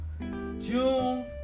June